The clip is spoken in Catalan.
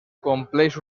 compleix